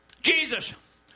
Jesus